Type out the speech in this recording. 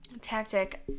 tactic